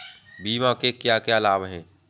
बीमा के क्या क्या लाभ हैं?